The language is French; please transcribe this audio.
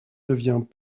devient